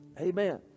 Amen